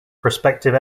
prospective